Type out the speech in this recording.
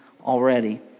already